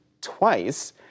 Twice